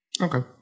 Okay